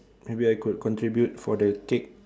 maybe I could contribute for the cake